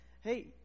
hey